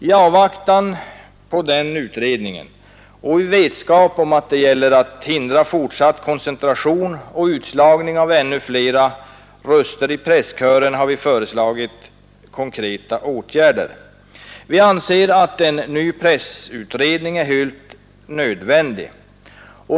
I avvaktan på den utredningen — och i vetskap om att det gäller att hindra fortsatt koncentration och utslagning av ännu flera röster i presskören — har vi alltså föreslagit konkreta åtgärder. Vi anser att en ny pressutredning är helt nödvändig.